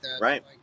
Right